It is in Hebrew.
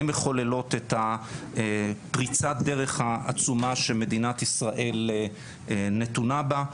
הן מחוללות את פריצת הדרך העצומה שמדינת ישראל נתונה בה.